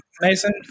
mason